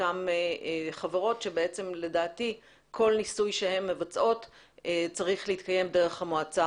אותן חברות שלדעתי כל ניסוי שהן מבצעות צריך להתקיים דרך המועצה